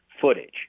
footage